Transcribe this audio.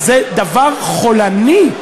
זה דבר חולני.